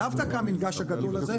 לאו דווקא המינגש הגדול הזה,